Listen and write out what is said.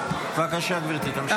בבקשה, גברתי, תמשיכי.